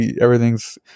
everything's